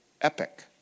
EPIC